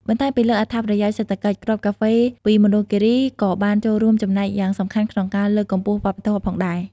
បន្ថែមពីលើអត្ថប្រយោជន៍សេដ្ឋកិច្ច គ្រាប់កាហ្វេពីមណ្ឌលគិរីក៏បានចូលរួមចំណែកយ៉ាងសំខាន់ក្នុងការ លើកកម្ពស់វប្បធម៌ ផងដែរ។